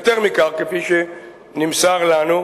כפי שנמסר לנו,